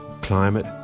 climate